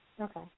Okay